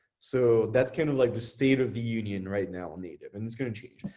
so that's kind of like the state of the union right now on native and it's gonna change.